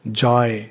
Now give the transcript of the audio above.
joy